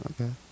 Okay